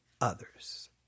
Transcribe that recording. others